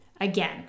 again